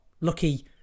lucky